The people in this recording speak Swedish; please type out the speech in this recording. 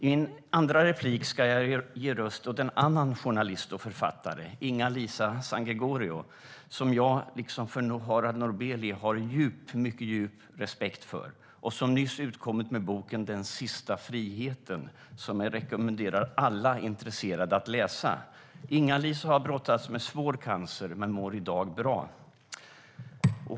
I mitt andra inlägg ska jag ge röst åt en annan journalist och författare. Det är Inga-Lisa Sangregorio, som jag precis som när det gäller Harald Norbelie har mycket djup respekt för. Hon har nyss utkommit med boken Den sista friheten , som jag rekommenderar alla intresserade att läsa. Inga-Lisa har brottats med svår cancer men mår i dag bra.